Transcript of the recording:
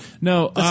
No